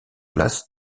place